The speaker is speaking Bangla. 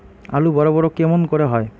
আলু বড় বড় কেমন করে হয়?